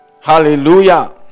Hallelujah